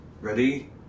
Ready